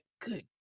Good